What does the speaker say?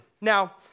Now